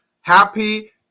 happy